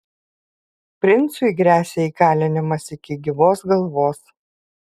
princui gresia įkalinimas iki gyvos galvos